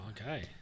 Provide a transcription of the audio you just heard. okay